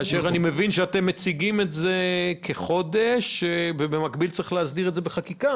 אני מבין שאתם מציגים את זה כחודש ובמקביל צריך להסדיר את זה בחקיקה,